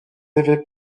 effets